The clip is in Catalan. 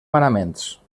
manaments